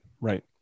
right